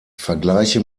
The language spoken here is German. vergleiche